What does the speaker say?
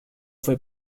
fue